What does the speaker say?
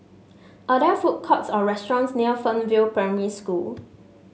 are there food courts or restaurants near Fernvale Primary School